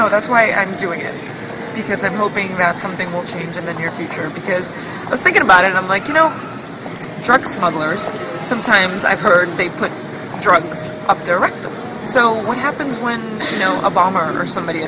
know that's why i'm doing it because i'm hoping that something will change in the near future because i was thinking about it i'm like you know drug smugglers sometimes i've heard they put drugs up there rectum so what happens when you know a bomber or somebody